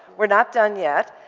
we're not done yet.